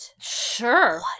Sure